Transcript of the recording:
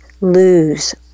lose